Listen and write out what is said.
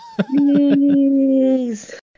please